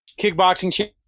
kickboxing